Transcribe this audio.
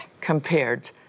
compared